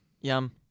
Yum